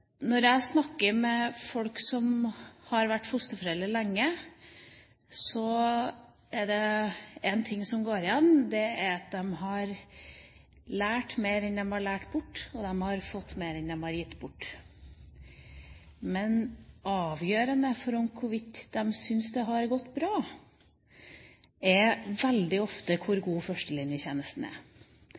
Når jeg snakker med folk som har vært fosterforeldre lenge, er det én ting som går igjen, og det er at de har lært mer enn de har lært bort, og de har fått mer enn de har gitt. Men avgjørende for om hvorvidt de syns det har gått bra, er veldig ofte hvor god førstelinjetjenesten er.